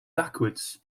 backwards